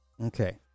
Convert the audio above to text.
Okay